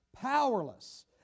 Powerless